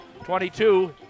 22